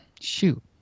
shoot